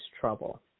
trouble